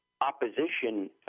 opposition